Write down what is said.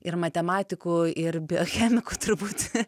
ir matematiku ir biochemiku turbūt